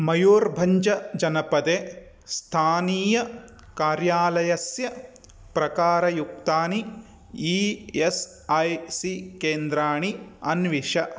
मयूर्भञ्जजनपदे स्थानीय कार्यालयस्य प्रकारयुक्तानि ई एस् ऐ सी केन्द्राणि अन्विष